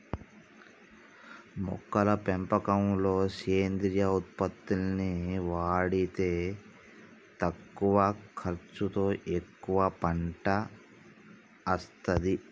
మొక్కల పెంపకంలో సేంద్రియ ఉత్పత్తుల్ని వాడితే తక్కువ ఖర్చుతో ఎక్కువ పంట అస్తది